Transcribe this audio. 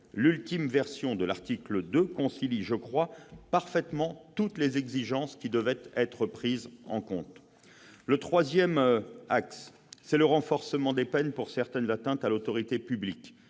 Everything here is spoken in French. L'ultime version de l'article 2 concilie parfaitement, selon moi, les différentes exigences qui devaient être prises en compte. Le troisième axe est le renforcement des peines pour certaines atteintes à l'autorité publique